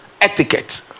etiquette